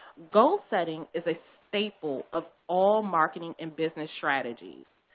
goal setting is a staple of all marketing and business strategies.